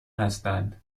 هستند